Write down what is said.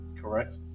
Correct